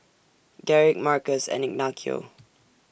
Garrick Markus and Ignacio